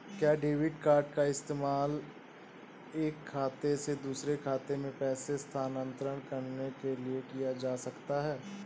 क्या debit card का इस्तेमाल एक खाते से दूसरे खाते में पैसे स्थानांतरण करने के लिए किया जा सकता है?